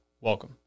welcome